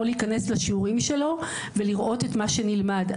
להיכנס לשיעורים שלו ולראות את מה שנלמד.